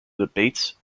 debates